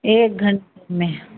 एक घन्टे में